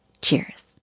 Cheers